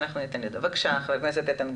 בבקשה.